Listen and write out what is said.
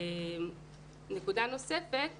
נקודה נוספת